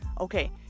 Okay